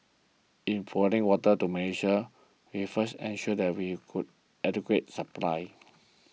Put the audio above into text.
in providing water to Malaysia we first ensure that we could adequate supply